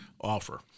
offer